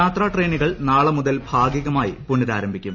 യാത്രാ ട്രെയിനുകൾ ്ട്രിനാളെ മുതൽ ഭാഗികമായി പുനരാരംഭിക്കും